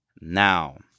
now